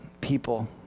people